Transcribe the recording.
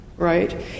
Right